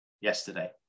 yesterday